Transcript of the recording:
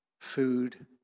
food